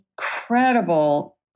incredible